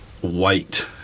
white